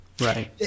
Right